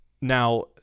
Now